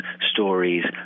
stories